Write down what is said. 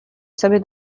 sobie